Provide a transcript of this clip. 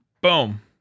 boom